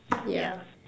yeah